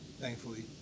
Thankfully